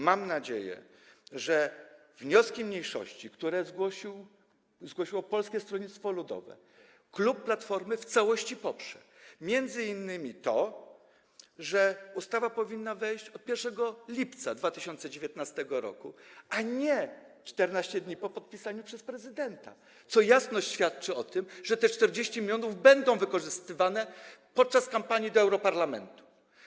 Mam nadzieję, że wnioski mniejszości, które zgłosiło Polskie Stronnictwo Ludowe, klub Platformy w całości poprze, m.in. ten, że ustawa powinna wejść 1 lipca 2019 r., a nie 14 dni po podpisaniu przez prezydenta, co świadczy o tym, że te 40 mln będą wykorzystywane podczas kampanii do europarlamentu.